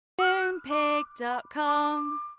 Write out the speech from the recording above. Moonpig.com